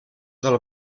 del